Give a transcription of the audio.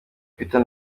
peter